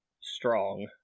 strong